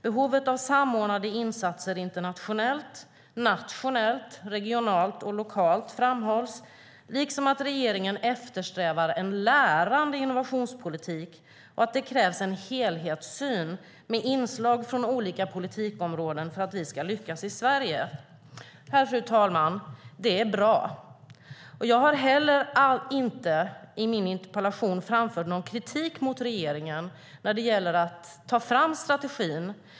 Behovet av samordnade insatser internationellt, nationellt, regionalt och lokalt framhålls, liksom att regeringen eftersträvar en lärande innovationspolitik och att det krävs en helhetssyn med inslag från olika politikområden för att vi ska lyckas i Sverige. Det här, herr talman, är bra. Jag har heller inte i min interpellation framfört någon kritik mot regeringen när det gäller att ta fram strategin.